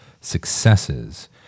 successes